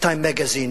"טיים מגזין",